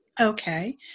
Okay